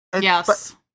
Yes